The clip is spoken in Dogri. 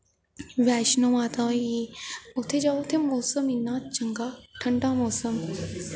बैश्नो माता होई गेई उत्थै जाओ उत्थै मौसम इन्ना चंगा ठंडा मौसम